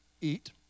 eat